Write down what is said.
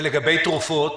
ולגבי תרופות,